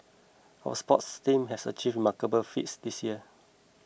our sports teams have achieved remarkable feats this year